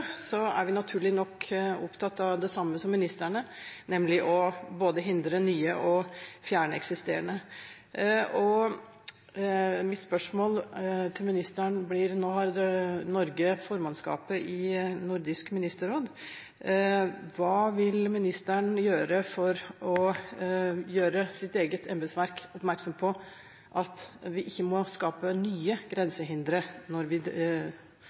så fort det er fjernet noen grensehindre, kommer nye til. I Nordisk råds grensehindergruppe er vi naturlig nok opptatt av det samme som ministrene, nemlig både å hindre nye og å fjerne eksisterende. Mitt spørsmål til ministeren blir, nå når Norge har formannskapet i Nordisk ministerråd: Hva vil ministeren gjøre for å gjøre sitt eget embetsverk oppmerksom på at vi ikke må skape nye grensehindre